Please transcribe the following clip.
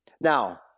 Now